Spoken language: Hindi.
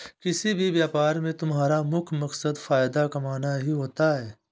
किसी भी व्यापार में तुम्हारा मुख्य मकसद फायदा कमाना ही होता है